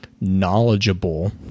knowledgeable